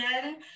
again